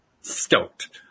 stoked